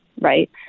Right